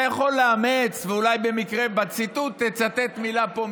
אתה יכול לאמץ ואולי במקרה בציטוט תצטט מילה פה,